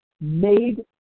made